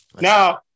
Now